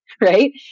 right